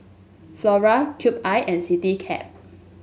Flora Cube I and Citycab